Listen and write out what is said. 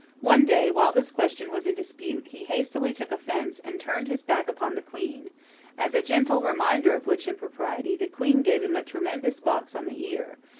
one day, while this question was in dispute, he hastily took offence, and turned his back upon the queen as a gentle reminder of which impropriety, the queen gave him a tremendous box on the ear,